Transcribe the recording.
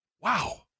wow